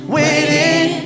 waiting